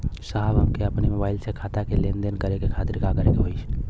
साहब हमके अपने मोबाइल से खाता के लेनदेन करे खातिर का करे के होई?